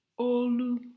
Olu